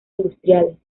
industriales